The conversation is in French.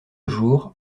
jour